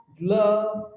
love